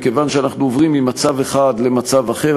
מכיוון שאנחנו עוברים ממצב אחד למצב אחר,